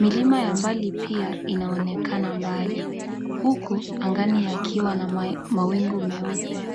,milima ya mbali pia inaonekana mbali huku angani yakiwa na mawingu meupe.